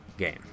game